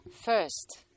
first